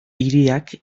hiriak